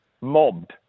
mobbed